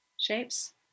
shapes